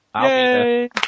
Yay